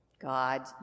God